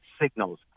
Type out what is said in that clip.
signals